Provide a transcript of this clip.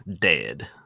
dead